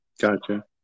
Gotcha